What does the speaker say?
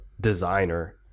designer